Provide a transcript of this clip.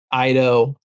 Ido